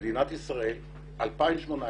מדינת ישראל 2018,